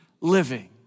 living